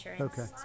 Okay